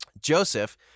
Joseph